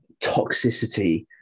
toxicity